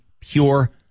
pure